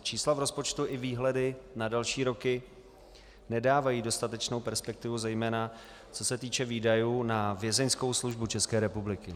Čísla v rozpočtu i výhledy na další roky nedávají dostatečnou perspektivu, zejména co se týče výdajů na Vězeňskou službu České republiky.